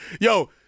Yo